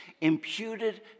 imputed